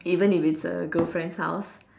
even if it's a girl friend's house